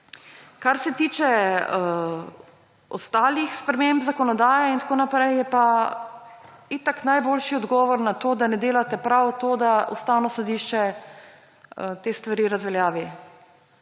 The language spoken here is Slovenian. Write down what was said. Kar se tiče ostalih sprememb zakonodaje in tako naprej, je pa itak najboljši odgovor na to, da ne delate prav, to, da Ustavno sodišče te stvari razveljavi.